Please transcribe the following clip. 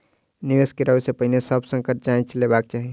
निवेश करै से पहिने सभ संकट जांइच लेबाक चाही